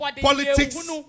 politics